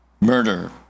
murder